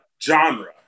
genre